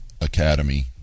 Academy